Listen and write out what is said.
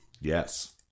Yes